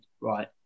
right